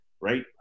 right